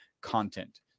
content